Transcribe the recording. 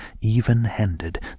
even-handed